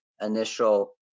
initial